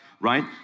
Right